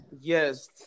Yes